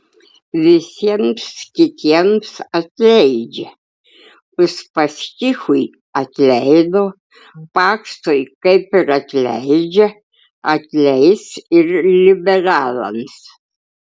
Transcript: visiems kitiems atleidžia uspaskichui atleido paksui kaip ir atleidžia atleis ir liberalams